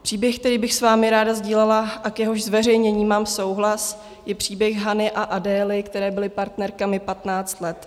Příběh, který bych s vámi ráda sdílela a k jehož zveřejnění mám souhlas, je příběh Hany a Adély, které byly partnerkami patnáct let.